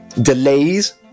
delays